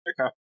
Okay